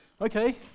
okay